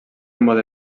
mode